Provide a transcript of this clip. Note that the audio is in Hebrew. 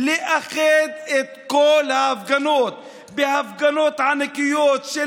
לאחד את כל ההפגנות להפגנות ענקיות של